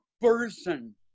person